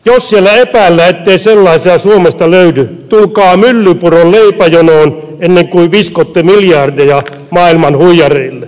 jos siellä epäillään ettei sellaisia suomesta löydy tulkaa myllypuron leipäjonoon ennen kuin viskotte miljardeja maailman huijareille